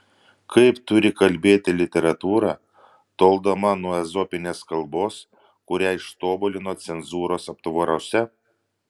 kaip turi kalbėti literatūra toldama nuo ezopinės kalbos kurią ištobulino cenzūros aptvaruose